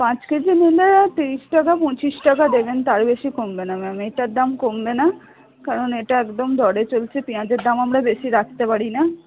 পাঁচ কেজি নিলে তিরিশ টাকা পঁচিশ টাকা দেবেন তার বেশি কমবে না ম্যাম এইটার দাম কমবে না কারণ এটা একদম দরে চলছে পেঁয়াজের দাম আমরা বেশি রাখতে পারি না